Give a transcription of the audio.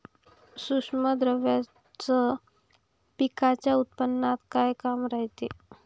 सूक्ष्म द्रव्याचं पिकाच्या उत्पन्नात का काम रायते?